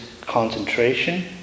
concentration